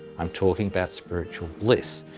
i'm talking about spiritual bliss,